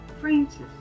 Francis